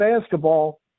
basketball